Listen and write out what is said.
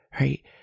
right